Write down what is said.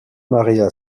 maria